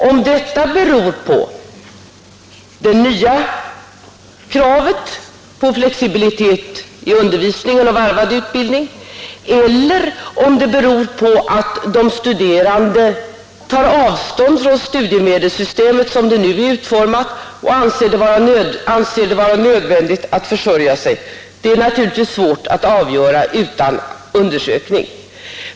Om detta beror på det nya kravet på flexibilitet i undervisningen och på varvad utbildning eller om det beror på att de studerande tar avstånd från studiemedelssystemet, som det nu är utformat, och anser det vara nödvändigt att försörja sig, är det naturligtvis svårt att avgöra utan undersökning.